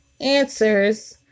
answers